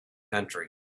country